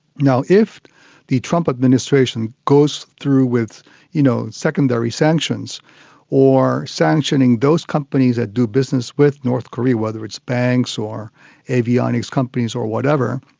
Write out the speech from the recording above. you know if the trump administration goes through with you know secondary sanctions or sanctioning those companies that do business with north korea, whether its banks or avionics companies or whatever,